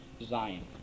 Zion